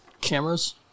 cameras